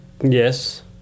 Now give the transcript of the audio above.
Yes